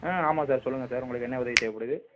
ஆ ஆமாம் சேரி சொல்லுங்கள் சார் உங்களுக்கு என்ன உதவி தேவைப்படுது